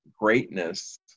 greatness